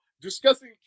discussing